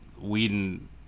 whedon